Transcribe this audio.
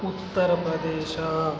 Uttar Pradesh